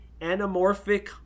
anamorphic